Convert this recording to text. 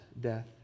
death